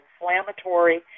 inflammatory